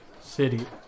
City